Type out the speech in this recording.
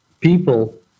people